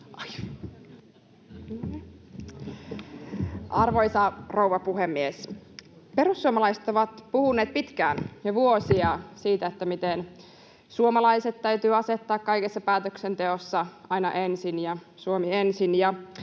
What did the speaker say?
Arvoisa rouva puhemies! Perussuomalaiset ovat puhuneet pitkään, jo vuosia, siitä, miten suomalaiset täytyy asettaa kaikessa päätöksenteossa aina ensin ja Suomi ensin,